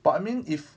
but I mean if